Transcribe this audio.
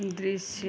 दृश्य